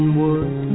wood